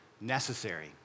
necessary